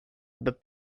but